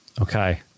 Okay